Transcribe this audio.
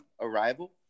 Arrival